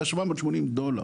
את ה-780 דולר